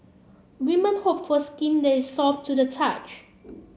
women hope for skin that is soft to the touch